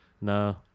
No